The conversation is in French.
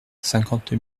cinquante